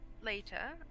later